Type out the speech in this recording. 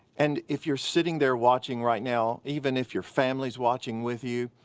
and if you're sitting there watching right now, even if you're family's watching with you,